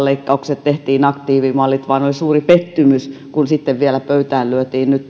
leikkaukset tehtiin aktiivimallit vaan oli suuri pettymys kun sitten vielä pöytään lyötiin nyt